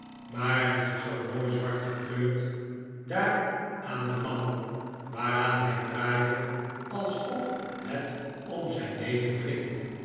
maar niet zoo mooi zwart gekleurd daar aan den mangel waaraan hij draaide alsof het om zijn leven ging